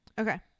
Okay